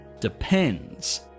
depends